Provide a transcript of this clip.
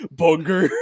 bunker